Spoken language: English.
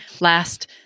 last